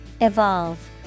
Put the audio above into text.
Evolve